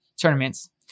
tournaments